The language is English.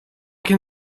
can